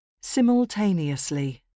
Simultaneously